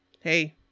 hey